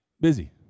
busy